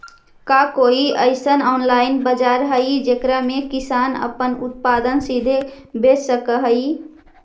का कोई अइसन ऑनलाइन बाजार हई जेकरा में किसान अपन उत्पादन सीधे बेच सक हई?